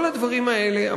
כל הדברים האלה,